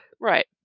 Right